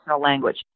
language